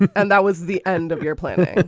and that was the end of your plan.